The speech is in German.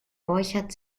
borchert